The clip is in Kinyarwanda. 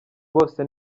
bose